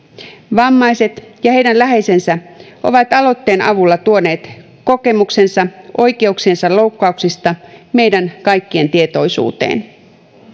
vammaiset ja heidän läheisensä ovat aloitteen avulla tuoneet kokemuksensa oikeuksiensa loukkauksista meidän kaikkien tietoisuuteen